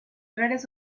raras